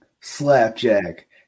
Slapjack